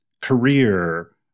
career